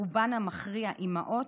שברובן המכריע הן אימהות,